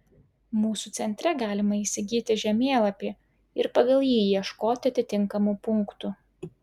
mūsų centre galima įsigyti žemėlapį ir pagal jį ieškoti atitinkamų punktų